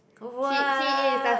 what